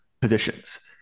positions